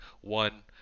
one